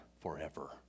forever